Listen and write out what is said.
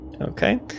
Okay